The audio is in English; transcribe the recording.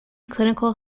clinical